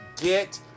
Get